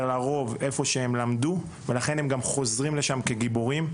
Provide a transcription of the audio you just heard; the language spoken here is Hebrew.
שהם למדו ולכן הם גם חוזרים לשם כגיבורים.